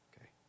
Okay